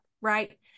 Right